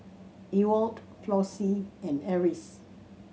Ewald Flossie and Eris